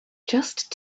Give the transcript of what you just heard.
just